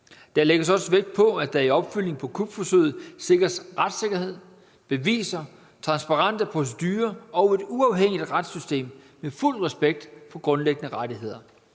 Der lægges også vægt på, at der i opfølgningen på kupforsøget sikres retssikkerhed, beviser, transparente procedurer og et uafhængigt retssystem med fuld respekt for grundlæggende rettigheder.